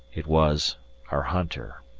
it was our hunter.